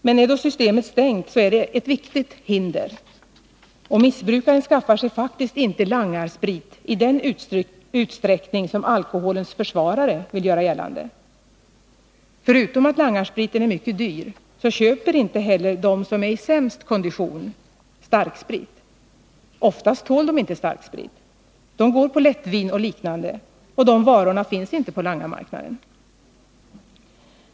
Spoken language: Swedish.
Men är då systemet stängt, så utgör detta ett viktigt hinder. Och missbrukaren skaffar sig faktiskt inte langarsprit i den utsträckning som alkoholens försvarare vill göra gällande. Förutom att langarspriten är mycket dyr köper de som är i sämst kondition inte starksprit. Oftast tål de inte starksprit. De håller sig till lättvin och liknande, och de varorna finns inte på langarmarknaden.